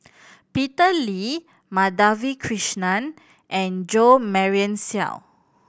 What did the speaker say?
Peter Lee Madhavi Krishnan and Jo Marion Seow